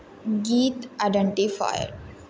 गीत आइडेंटिफायर